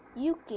UK